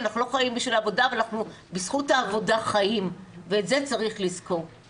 אנחנו בזכות העבודה חיים וצריך לזכור את זה.